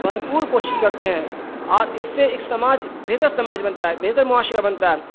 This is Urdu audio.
بھرپور کوشش کرتے ہیں اور اس سے ایک سماج بہتر سماج بنتا ہے بہتر معاشرہ بنتا ہے